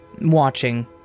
watching